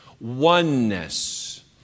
oneness